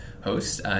host